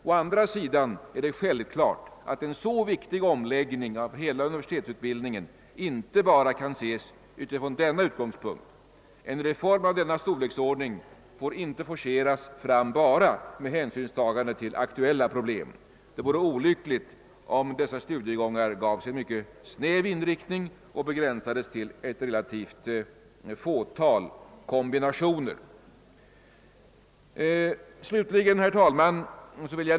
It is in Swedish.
Å andra sidan är det självklart, att en så viktig omläggning av hela universitetsutbildningen inte kan ses bara från denna utgångspunkt. En reform av denna storlek får inte forceras fram enbart med hänsynstagande till aktuella problem. Det vore olyckligt, om dessa studiegångar gavs en mycket snäv inriktning och begränsades till ett relativt litet antal kombinationer.